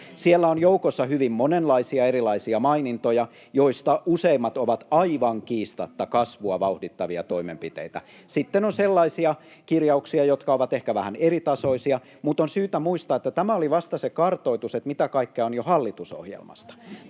Siellä on joukossa hyvin monenlaisia erilaisia mainintoja, joista useimmat ovat aivan kiistatta kasvua vauhdittavia toimenpiteitä. [Anne Kalmari: Jo on hurskaita toiveita!] Sitten on sellaisia kirjauksia, jotka ovat ehkä vähän eritasoisia, mutta on syytä muistaa, että tämä oli vasta se kartoitus, mitä kaikkea on jo hallitusohjelmasta.